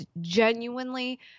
genuinely